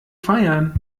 feiern